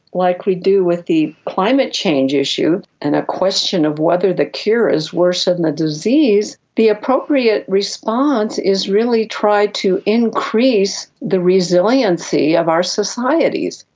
like we do with the climate change issue and a question of whether the cure is worse than the disease, the appropriate response is really try to increase the resilience the resilience of our societies.